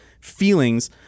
feelings